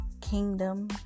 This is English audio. kingdom